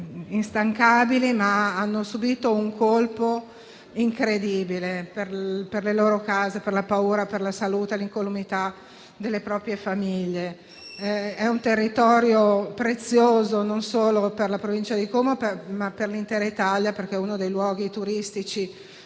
ma hanno subito un colpo incredibile alle loro case e hanno paura per la salute e per l'incolumità delle proprie famiglie. È un territorio prezioso, non solo per la provincia di Como, ma per l'intera Italia, perché è uno dei luoghi turistici